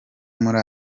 muri